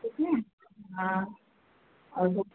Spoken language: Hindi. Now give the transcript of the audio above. ठीक है हाँ और जो